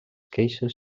queixes